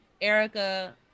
erica